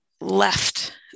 left